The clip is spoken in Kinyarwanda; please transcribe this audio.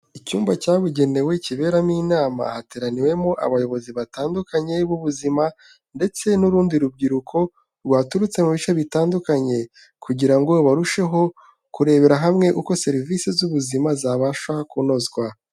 Icyumba cyabugenewe kiberamo inama, hateraniwemo abayobozi batandukanye b'ubuzima ndetse n'urundi rubyiruko rwaturutse mu bice bitandukanye, kugira ngo barusheho kurebera hamwe uko serivisi z'ubuzima zabasha kunozwa.